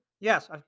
Yes